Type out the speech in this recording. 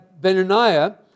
Benaniah